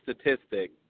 statistic